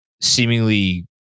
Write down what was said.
seemingly